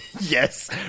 Yes